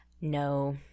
No